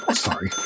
Sorry